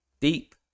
deep